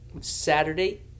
Saturday